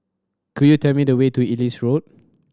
could you tell me the way to Ellis Road